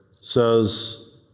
says